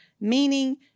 meaning